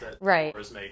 right